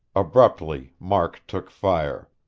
abruptly, mark took fire.